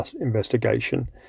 investigation